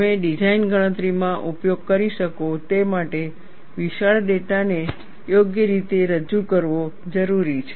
તમે ડિઝાઇન ગણતરીમાં ઉપયોગ કરી શકો તે માટે વિશાળ ડેટાને યોગ્ય રીતે રજૂ કરવો જરૂરી છે